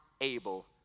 able